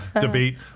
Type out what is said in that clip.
debate